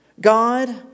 God